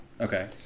Okay